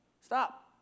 stop